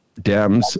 Dems